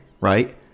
right